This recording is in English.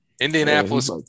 Indianapolis